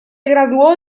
graduó